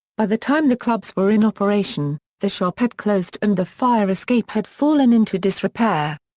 by the time the clubs were in operation, the shop had closed and the fire escape had fallen into disrepair.